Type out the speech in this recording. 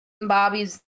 Bobby's